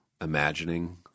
imagining